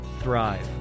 thrive